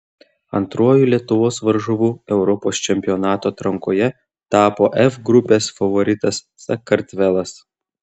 antruoju lietuvos varžovu europos čempionato atrankoje tapo f grupės favoritas sakartvelas